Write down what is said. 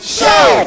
Show